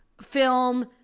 film